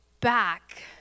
back